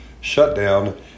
shutdown